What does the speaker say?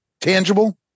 tangible